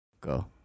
Go